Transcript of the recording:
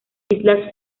islas